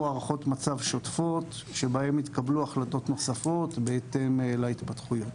הערכות מצב שוטפות שבהן יתקבלו החלטות נוספות בהתאם להתפתחויות.